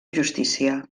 justícia